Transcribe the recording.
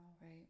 Right